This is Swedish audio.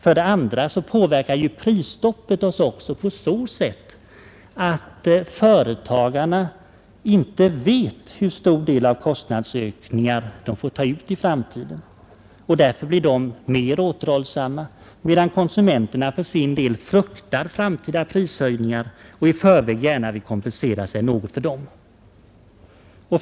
För det andra påverkar prisstoppet oss så, att företagarna inte vet hur stor del av kostnadsökningar de får ta ut i framtiden, och därför blir de mer återhållsamma, medan konsumenterna för sin del fruktar framtida prishöjningar och i förväg gärna vill kompensera sig något för dem.